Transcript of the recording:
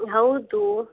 ಹೌದು